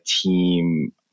team